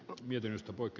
kannatan ed